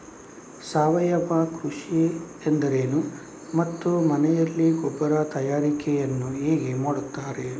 ಸಾವಯವ ಕೃಷಿ ಎಂದರೇನು ಮತ್ತು ಮನೆಯಲ್ಲಿ ಗೊಬ್ಬರ ತಯಾರಿಕೆ ಯನ್ನು ಹೇಗೆ ಮಾಡುತ್ತಾರೆ?